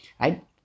right